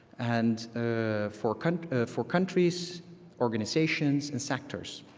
and ah for kind of for countries, organizations and sectors.